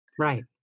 Right